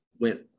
went